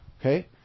Okay